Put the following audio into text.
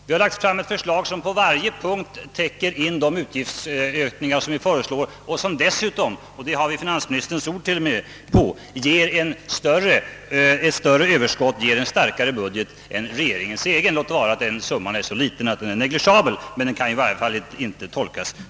Det är ett budgetförslag som på varje punkt täcker in de utgiftsökningar vi föreslår och som dessutom — det har vi t.o.m. finansministerns ord på — ger ett större överskott, en starkare budget, än regeringens egen. Summan är visserligen så liten att den är negligeabel, men motsatsen kan i varje fall inte hävdas.